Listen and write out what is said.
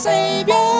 Savior